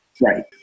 Right